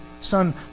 Son